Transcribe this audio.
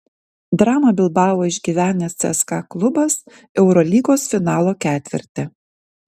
dramą bilbao išgyvenęs cska klubas eurolygos finalo ketverte